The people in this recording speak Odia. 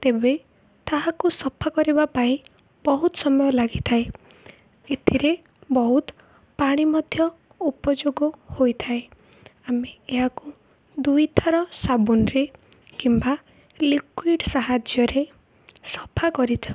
ତେବେ ତାହାକୁ ସଫା କରିବା ପାଇଁ ବହୁତ ସମୟ ଲାଗିଥାଏ ଏଥିରେ ବହୁତ ପାଣି ମଧ୍ୟ ଉପଯୋଗ ହୋଇଥାଏ ଆମେ ଏହାକୁ ଦୁଇଥର ସାବୁନରେ କିମ୍ବା ଲିକ୍ୟୁଡ଼୍ ସାହାଯ୍ୟରେ ସଫା କରିଥାଉ